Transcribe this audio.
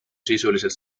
sisuliselt